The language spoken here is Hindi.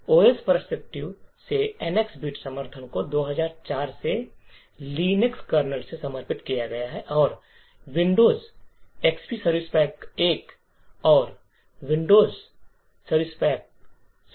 ओएस परिप्रेक्ष्य से एनएक्स बिट समर्थन को 2004 से लिनक्स कर्नल से समर्थित किया गया है और विंडोज एक्सपी सर्विस पैक 1 और विंडोज सर्वर 2003 भी